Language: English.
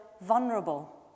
vulnerable